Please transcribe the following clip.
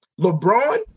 LeBron